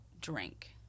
drink